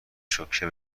شوکه